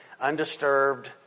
undisturbed